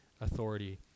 authority